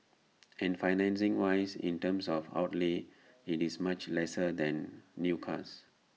and financing wise in terms of outlay IT is much lesser than new cars